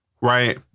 Right